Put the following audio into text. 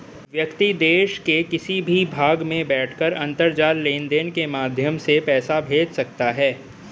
व्यक्ति देश के किसी भी भाग में बैठकर अंतरजाल लेनदेन के माध्यम से पैसा भेज सकता है